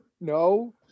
No